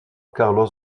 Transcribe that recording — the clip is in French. carlos